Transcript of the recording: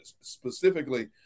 specifically